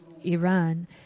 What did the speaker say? Iran